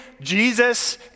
Jesus